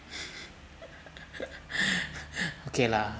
okay lah